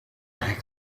heg